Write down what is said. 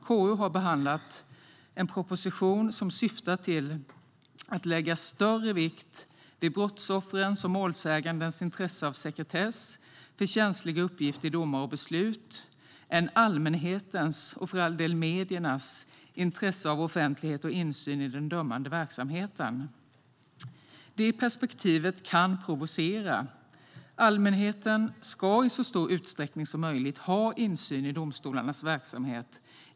KU har behandlat en proposition som syftar till att lägga större vikt vid brottsoffrens och målsägandenas intresse av sekretess vid känsliga uppgifter i domar och beslut än vid allmänhetens, och för all del mediernas, intresse av offentlighet och insyn i den dömande verksamheten. Det perspektivet kan provocera. Allmänheten ska i så stor utsträckning som möjligt ha insyn i domstolarnas verksamhet.